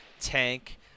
Tank